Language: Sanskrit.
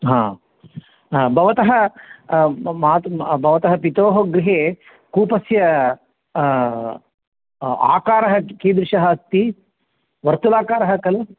हा हा भवतः मातुः भवतः पितुः गृहे कूपस्य आकारः कीदृशः अस्ति वर्तुलाकारः खलु